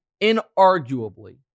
inarguably